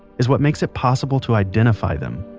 is what makes it possible to identify them.